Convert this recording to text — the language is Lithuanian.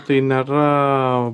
tai nėra